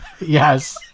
Yes